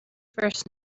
first